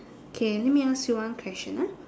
okay let me ask you one question ah